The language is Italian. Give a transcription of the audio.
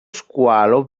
squalo